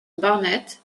barnett